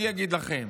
אני אגיד לכם.